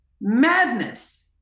madness